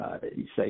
say